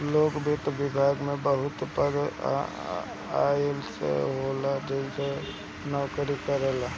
लोक वित्त विभाग में बहुत पद अइसन होला जहाँ लोग नोकरी करेला